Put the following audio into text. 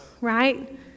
right